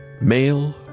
male